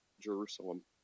Jerusalem